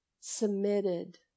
submitted